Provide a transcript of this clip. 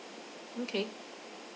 okay